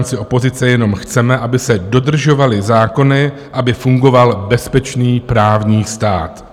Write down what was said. My v rámci opozice jenom chceme, aby se dodržovaly zákony, aby fungoval bezpečný právní stát.